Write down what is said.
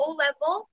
O-Level